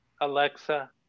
Alexa